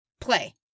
play